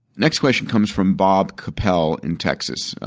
next question comes from bob capel in texas.